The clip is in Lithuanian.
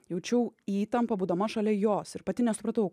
jaučiau įtampą būdama šalia jos ir pati nesupratau